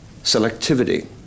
selectivity